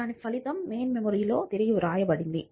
దాని ఫలితం మెయిన్ మెమరీలో తిరిగి వ్రాయబడుతుంది